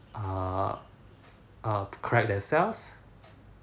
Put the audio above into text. err err correct themselves